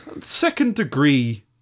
Second-degree